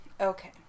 Okay